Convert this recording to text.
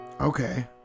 Okay